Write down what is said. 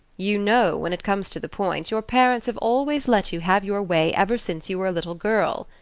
you know, when it comes to the point, your parents have always let you have your way ever since you were a little girl,